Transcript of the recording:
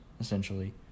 essentially